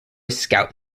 scout